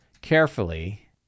carefully